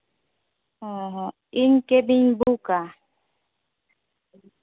ᱚᱸᱻ ᱤᱧ ᱠᱮᱵᱤᱧ ᱵᱩᱠᱟ